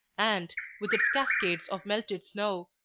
and, with its cascades of melted snow,